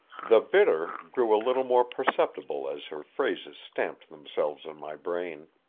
the bitter grew a little more perceptible as her phrases stamped themselves on my brain.